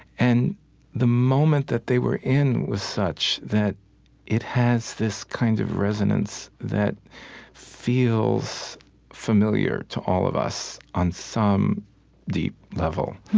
and the moment that they were in with such that it has this kind of resonance that feels familiar to all of us on some deep level,